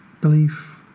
belief